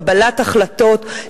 קבלת החלטות,